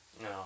No